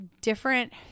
different